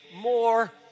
more